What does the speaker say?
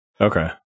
Okay